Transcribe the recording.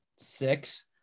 Six